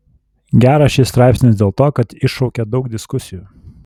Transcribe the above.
geras šis straipsnis dėl to kad iššaukė daug diskusijų